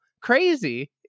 crazy